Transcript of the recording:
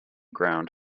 ground